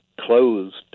closed